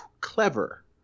clever